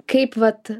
kaip vat